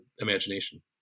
imagination